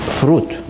fruit